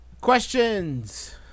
Questions